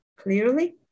clearly